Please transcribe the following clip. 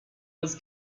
was